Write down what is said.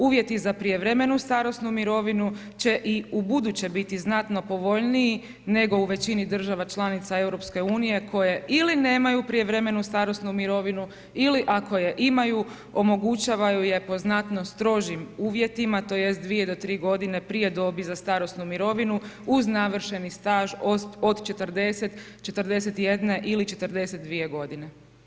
Uvjeti za prijevremenu starosnu mirovinu će i u buduće biti znatno povoljniji nego u većini država članica EU koje ili nemaju prijevremenu starosnu mirovinu ili ako je imaju omogućavaju ju po znatno strožim uvjetima tj. 2 do 3 godine prije dobi za starosnu mirovinu uz navršeni staž od 40, 41 ili 42 godine.